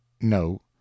No